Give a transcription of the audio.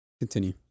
Continue